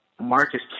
Marcus